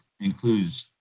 includes